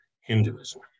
Hinduism